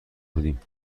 بودیم